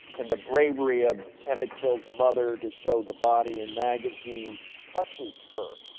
and, the bravery of emmett till's mother to show the body in magazines, touches her.